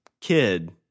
kid